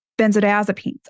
benzodiazepines